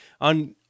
on